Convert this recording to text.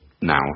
now